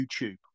YouTube